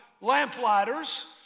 Lamplighters